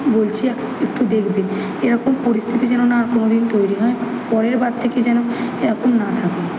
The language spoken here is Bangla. বলছি অ্যাক একটু দেখবেন এরকম পরিস্থিতি যেন না আর কোনোদিন তৈরি হয় পরের বার থেকে যেন এরকম না থাকে